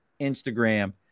Instagram